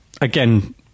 Again